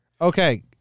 Okay